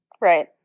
Right